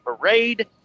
parade